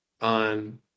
on